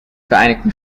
vereinigten